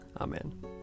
Amen